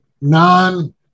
non-